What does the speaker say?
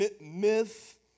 Myth